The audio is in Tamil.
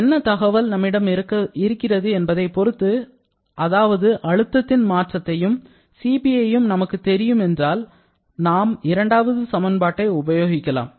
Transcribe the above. என்ன தகவல் நம்மிடம் இருக்கிறது என்பதை பொறுத்து அதாவது அழுத்தத்தின் மாற்றத்தையும் Cp ஐயும் நமக்கு தெரியும் என்றால் நாம் இரண்டாவது சமன்பாட்டை உபயோகிக்கலாம்